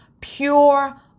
pure